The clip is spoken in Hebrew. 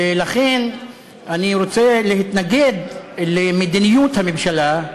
ולכן אני רוצה להתנגד למדיניות הממשלה,